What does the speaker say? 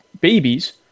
babies